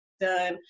Done